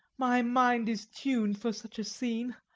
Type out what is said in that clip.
my mind is tuned for such a scene.